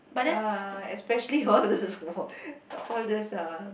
ah especially all these all those uh